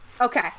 Okay